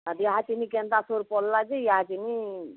ଆଜି ଇହା ତିନି କେନ୍ତା ସୁର୍ ପଡ଼ଲା ଯେ ଇହା ତିନି